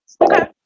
Okay